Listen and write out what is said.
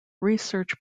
research